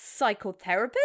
psychotherapist